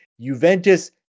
Juventus